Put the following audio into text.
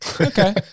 Okay